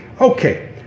Okay